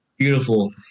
Beautiful